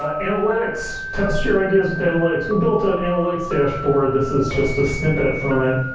ah analytics. test your ideas with analytics. we built an analytics dashboard. this is just a snippet from it.